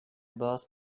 both